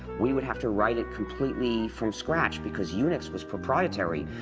we would have to write it completely from scratch because unix was proprietory.